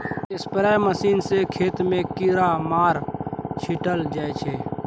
spray machine सँ खेत मे कीरामार छीटल जाइ छै